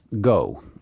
Go